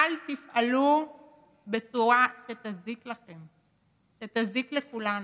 אל תפעלו בצורה שתזיק לכם, שתזיק לכולנו.